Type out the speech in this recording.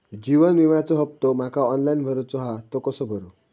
जीवन विम्याचो हफ्तो माका ऑनलाइन भरूचो हा तो कसो भरू?